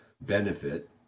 benefit